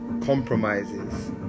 compromises